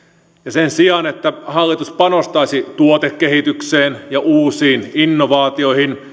sen sijaan että hallitus panostaisi tuotekehitykseen ja uusiin innovaatioihin